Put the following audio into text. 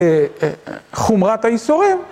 חומרת האיסורים